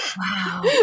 wow